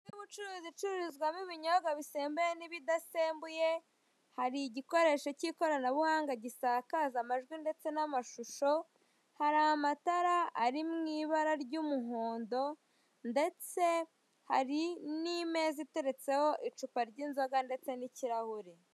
Inzu y'ubucuruzi icururizwamo ibinyobwa bisembuye n'ibidaasembuye, hari igikoresho k'ikoranabuhanga gisakaza amajwi ndetse n'amashusho, hari amatara ari mu ibara ry'umuhondo ndetse hari n'imeza iteretseho icupa ry'inzoga ndetse n'ikirahure.